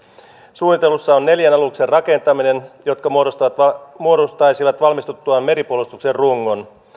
suunnitelmissa on neljän aluksen rakentaminen jotka muodostaisivat valmistuttuaan meripuolustuksen rungon